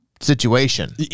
situation